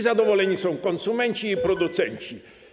Zadowoleni są i konsumenci, i producenci.